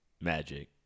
magic